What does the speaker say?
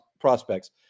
prospects